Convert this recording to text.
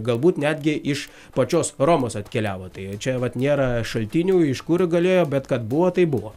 galbūt netgi iš pačios romos atkeliavo tai čia vat nėra šaltinių iš kur galėjo bet kad buvo tai buvo